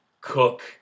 cook